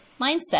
mindset